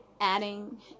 adding